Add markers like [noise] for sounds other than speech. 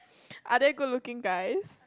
[breath] are there good looking guys